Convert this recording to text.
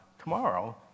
tomorrow